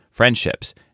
friendships